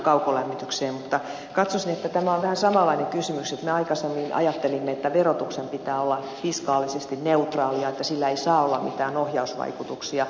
mutta katsoisin että tämä on vähän samanlainen kysymys kuin se että me aikaisemmin ajattelimme että verotuksen pitää olla fiskaalisesti neutraalia että sillä ei saa olla mitään ohjausvaikutuksia